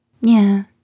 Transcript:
Yeah